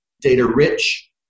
data-rich